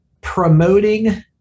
promoting